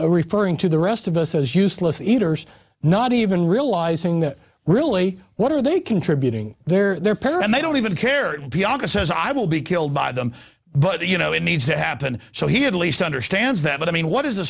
people referring to the rest of us as useless eaters not even realizing that really what are they contributing their parent and they don't even care pianka says i will be killed by them but you know it needs to happen so he had least understands that but i mean what is a